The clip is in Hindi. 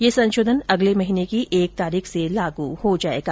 ये संशोधन अगले महीने की एक तारीख से लागू होगा